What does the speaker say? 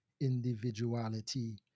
individuality